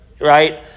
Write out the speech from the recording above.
right